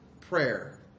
prayer